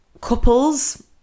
couples